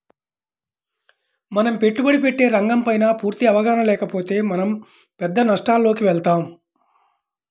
మనం పెట్టుబడి పెట్టే రంగంపైన పూర్తి అవగాహన లేకపోతే మనం పెద్ద నష్టాలలోకి వెళతాం